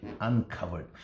uncovered